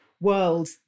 world